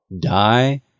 die